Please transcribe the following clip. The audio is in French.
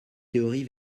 théorie